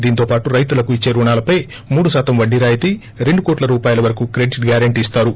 దీంతో పాటు రైతులకు ఇచ్చే రుణాలపై మూడు శాతం వడ్డీ రాయితీ రెండు కోట్లె రూపాయల వరకూ క్రెడిట్ గ్యారంట్ ఇస్తారు